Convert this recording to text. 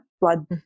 Blood